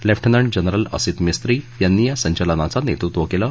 lieutenant general Asit Mistry यांनी या संचलनाचं नेतृत्व केलं